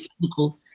physical